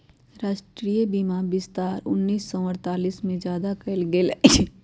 राष्ट्रीय बीमा विस्तार उन्नीस सौ अडतालीस में ज्यादा कइल गई लय